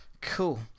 Cool